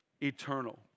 eternal